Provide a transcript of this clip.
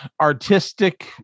artistic